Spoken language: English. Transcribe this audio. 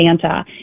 Santa